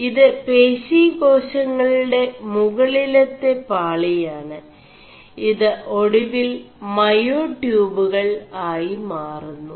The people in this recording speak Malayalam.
ഇത് േപശിേകാശÆളgെട മുകളിലെø പാളിയാണ് ഇത് ഒടുവിൽ മേയാടçøബുകൾ ആയി മാറുMു